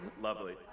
Lovely